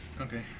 Okay